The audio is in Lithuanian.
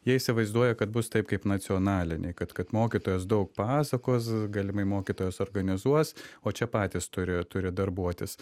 jie įsivaizduoja kad bus taip kaip nacionaliniai kad kad mokytojas daug pasakos galimai mokytojas organizuos o čia patys turi turi darbuotis